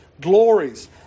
glories